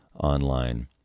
online